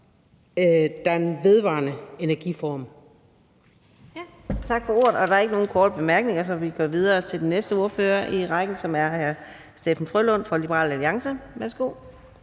der er en vedvarende energiform.